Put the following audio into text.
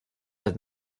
have